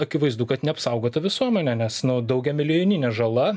akivaizdu kad neapsaugota visuomenė nes nu daugiamilijoninė žala